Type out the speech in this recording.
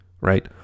right